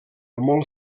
molt